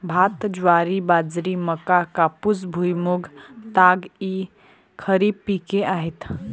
भात, ज्वारी, बाजरी, मका, कापूस, भुईमूग, ताग इ खरीप पिके आहेत